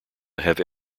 have